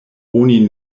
oni